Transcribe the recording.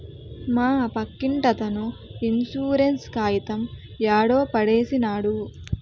మా పక్కింటతను ఇన్సూరెన్స్ కాయితం యాడో పడేసినాడు